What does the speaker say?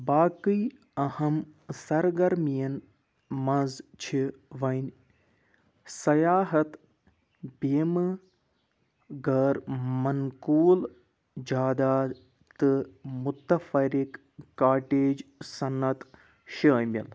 باقٕے اَہَم سرگرمیَن منٛز چھِ وۄنۍ سَیاحت بیٖمہٕ غٲر منقول جاداد تہٕ متفرق کاٹیج صنعت شٲمِل